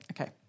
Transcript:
okay